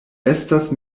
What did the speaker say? estas